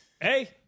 Hey